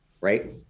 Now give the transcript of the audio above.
right